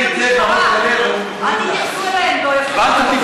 למשטרה, אל תתייחסו אליהם לא יפה.